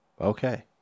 Okay